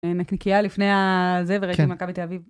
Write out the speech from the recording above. נקניקייה לפני הזה וראיתי את מכבי תל אביב.